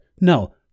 No